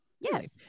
Yes